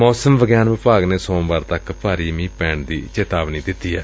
ਮੌਸਮ ਵਿਭਾਗ ਨੇ ਸੋਮਵਾਰ ਤੱਕ ਭਾਰੀ ਮੀਂਹ ਪੈਣ ਦੀ ਚਿਤਾਵਨੀ ਦਿੱਤੀ ਏ